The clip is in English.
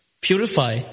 purify